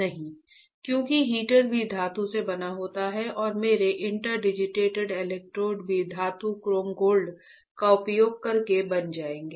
नहीं क्योंकि हीटर भी धातु से बना होता है और मेरे इंटरडिजिटेटेड इलेक्ट्रोड भी धातु क्रोम गोल्ड का उपयोग करके बनाए जाएंगे